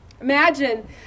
Imagine